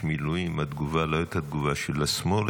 איש מילואים, התגובה לא הייתה תגובה של השמאל.